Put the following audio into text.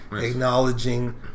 acknowledging